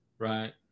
Right